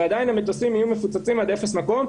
ועדיין המטוסים יהיו מלאים עד אפס מקום.